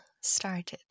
started